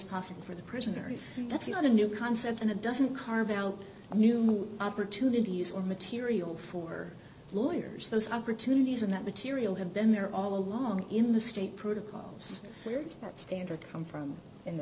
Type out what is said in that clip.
possible for the prisoner if that's not a new concept and it doesn't carve out a new mood opportunities or material for lawyers those opportunities in that material have been there all along in the state protocols weirds that standard come from in the